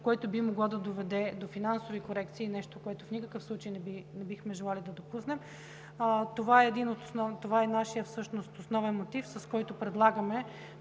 което би могло да доведе до финансови корекции – нещо, което в никакъв случай не бихме желали да допуснем, нашият основен мотив, с който предлагаме